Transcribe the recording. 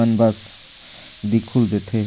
मन बस दिखउल देथे